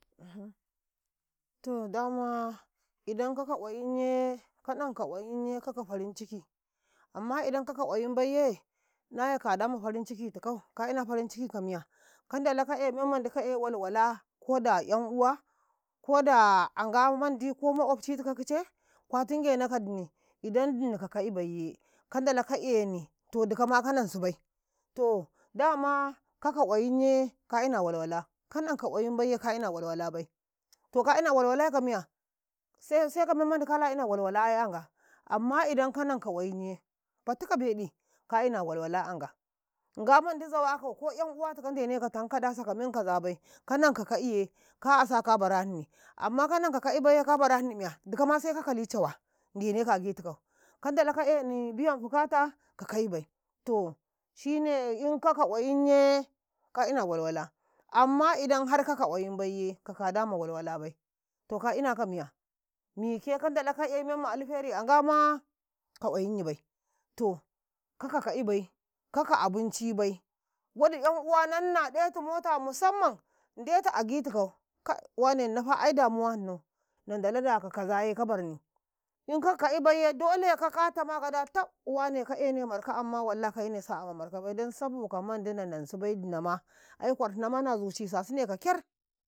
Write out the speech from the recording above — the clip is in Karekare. to dama idan kaka qwayimye ka nanka qwayimye kaka farinciki, amma idan kaka qwayimbaiye naye kada ma farin cikitikau ka ina farin ciki ka miya kandala ka'e memmandi ka'e walwala koda 'yanuwa kodaa anga koda ma'obcitikau kice kwatingena ka dini, idan dini kaka'ibayye kandala kaleni to dikcima kanansibai to dama kaka qwayimye ka ina walwala ka nanka qwayimbaiyye ka ina walwala bai to ka ina walwalai ka miya se seka memmandi, kala ina walwalaye an nga amma idan ka nanka qwayimye fati ka beɗi ka ina walwala anga, ngamandi zawakau ko 'yanuwatukaundeneka tankanda saka men kazabai kananka ka'iye kaasa ka barahini amma kananka ka'i baiyye dikama se ka kali cawa ndeneka agitakau kandala kaeni biyan buqata kaka'ibai to shine inkaka qwayimye ka ina walwala amma idan har kaka qwayimbayye ka kada ma walwalabai to ka ina kamiya mike kandala ka'yai memma alheri an ngama ka kwayimyibai to kaka ka'ibai kaka abincibai wadi 'yan uwananna ɗetu mota musamman ndetu agitikau kawane inafa ai damuwa hinnau nandalau daka kazaye ka barni inkak ka'ibayye dole ka ka tama kada taƃ wane ka ene marka amma wallah ka ene salama markabai don saboda mandi inama na nansibai ai qwarhinama nazu cisa sune ka 'ker.